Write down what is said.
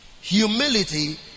Humility